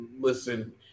listen